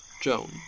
Joan